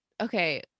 Okay